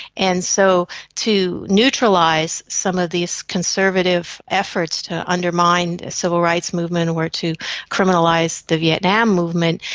and so to neutralise some of these conservative efforts to undermine the civil rights movement or to criminalise the vietnam movement,